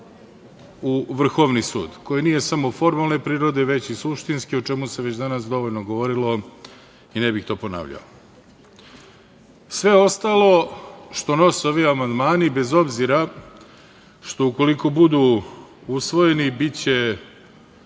u Vrhovni sud, koji nije samo formalne prirode, već i suštinske, o čemu se već danas dovoljno govorilo i ne bih to ponavljao. Sve ostalo što nose ove amandmani, bez obzira što, ukoliko budu usvojeni, biće